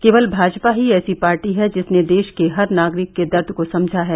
केवल भाजपा ही ऐसी पार्टी है जिसने देष के हर नागरिक के दर्द को समझा है